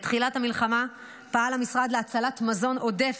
בתחילת המלחמה פעל המשרד להצלת מזון עודף